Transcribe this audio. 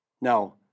Now